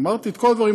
אמרתי את כל הדברים,